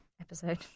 episode